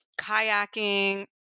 kayaking